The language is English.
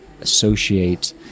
associate